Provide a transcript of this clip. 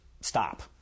stop